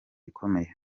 ikomeye